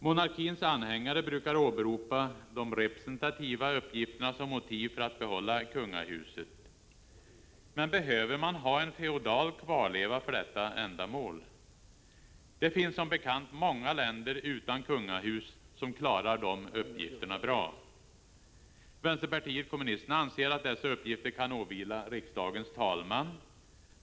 Monarkins anhängare brukar åberopa de representativa uppgifterna som motiv för att behålla kungahuset. Men behöver man ha en feodal kvarleva för detta ändamål? Det finns som bekant många länder utan kungahus som klarar de uppgifterna bra. Vänsterpartiet kommunisterna anser att dessa uppgifter kan åvila riksdagens talman.